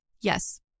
Yes